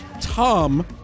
Tom